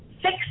six